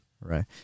right